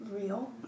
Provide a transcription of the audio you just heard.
real